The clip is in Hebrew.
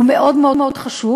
הוא מאוד מאוד חשוב,